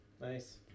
Nice